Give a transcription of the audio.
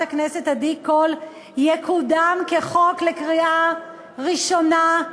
הכנסת עדי קול יקודם כחוק לקריאה ראשונה,